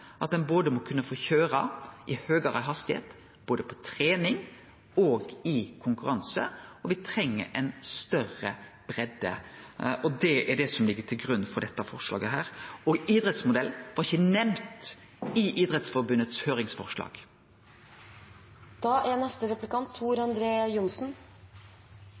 at ein må kunne få køyre i høgare hastigheit, både på trening og i konkurranse, og at me treng ei større breidde. Det er det som ligg til grunn for dette forslaget, og idrettsmodellen var ikkje nemnd i